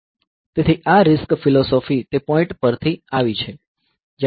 તેથી આ RISC philosophy તે પોઈન્ટ પરથી આવી છે